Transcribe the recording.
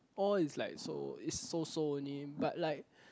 all is like so is so so only but like